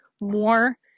more